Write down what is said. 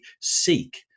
seek